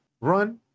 Run